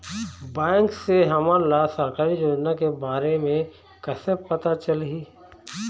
Bank से हमन ला सरकारी योजना के बारे मे कैसे पता चलही?